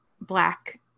black